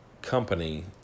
company